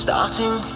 Starting